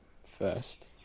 first